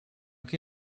che